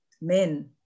men